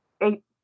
eight